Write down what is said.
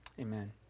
Amen